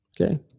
Okay